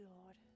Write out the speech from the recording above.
Lord